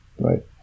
right